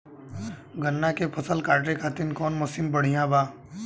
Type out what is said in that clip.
गन्ना के फसल कांटे खाती कवन मसीन बढ़ियां बा?